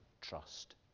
trust